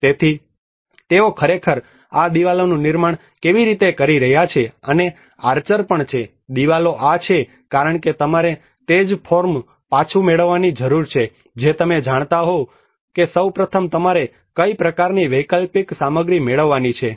તેથી તેઓ ખરેખર આ દિવાલોનું નિર્માણ કેવી રીતે કરી રહ્યા છે અને આર્ચર પણ છે દિવાલો આ છે કારણ કે તમારે તે જ ફોર્મ પાછું મેળવવાની જરૂર છે જે તમે જાણતા હોવ કે સૌ પ્રથમ તમારે કઈ પ્રકારની વૈકલ્પિક સામગ્રી મેળવવાની છે